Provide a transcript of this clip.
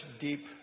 deep